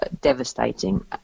devastating